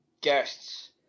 guests